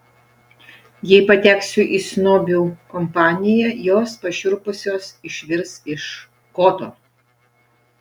jei pateksiu į snobių kompaniją jos pašiurpusios išvirs iš koto